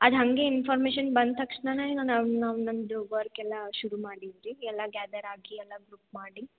ಅದು ಹಾಗೆ ಇನ್ಫಾರ್ಮೇಷನ್ ಬಂದ ತಕ್ಷಣನೆ ನಮ್ಮದು ವರ್ಕೆಲ್ಲ ಶುರು ಮಾಡಿದ್ವಿ ಎಲ್ಲ ಗ್ಯಾದರ್ ಆಗಿ ಎಲ್ಲ ಗ್ರುಪ್ ಮಾಡಿ